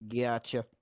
Gotcha